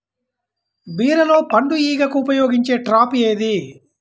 బీరలో పండు ఈగకు ఉపయోగించే ట్రాప్ ఏది?